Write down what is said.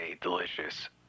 delicious